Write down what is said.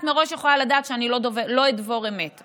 את מראש יכולה לדעת שאני לא דוברת אמת,